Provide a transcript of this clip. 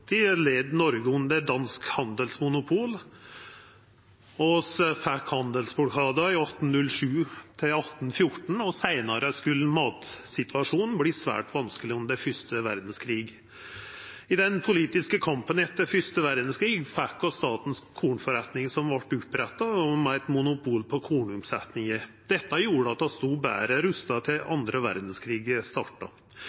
Noreg under dansk handelsmonopol, vi fekk handelsblokaden frå 1807 til 1814, og seinare skulle matsituasjonen verta svært vanskeleg under den fyrste verdskrigen. I den politiske kampen etter den fyrste verdskrigen vart Statens kornforretning oppretta, med eit monopol på kornomsetjinga. Dette gjorde at vi stod betre rusta til